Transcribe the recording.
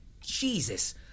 Jesus